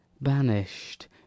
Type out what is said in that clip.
banished